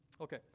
Okay